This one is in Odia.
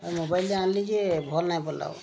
ଏ ମୋବାଇଲ୍ଟିଏ ଆଣିଲି ଯେ ଭଲ ନାହିଁ ପଡ଼ିଲା ବୋ